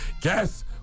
Guess